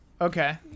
Okay